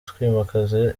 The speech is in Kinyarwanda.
twimakaza